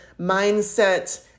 mindset